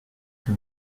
que